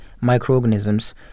microorganisms